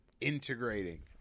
integrating